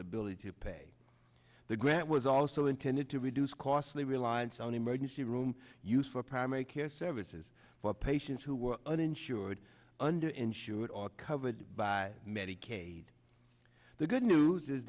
ability to pay the grant was also intended to reduce costly reliance on emergency room use for primary care services for patients who were uninsured under insured or covered by medicaid the good news is